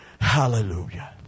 Hallelujah